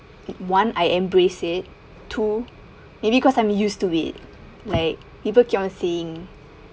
one I embrace it two maybe because I'm used to it like people keep on saying